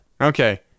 okay